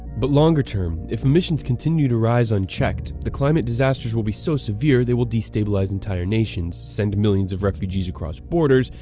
but longer-term, if emissions continue to rise unchecked, the climate disasters will be so severe they will destabilize entire nations, send millions of refugees across borders,